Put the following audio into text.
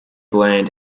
bland